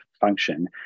function